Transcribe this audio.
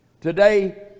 Today